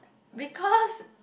because